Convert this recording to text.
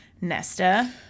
nesta